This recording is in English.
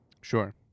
Sure